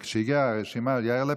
וכשהגיעה הרשימה אל יאיר לפיד,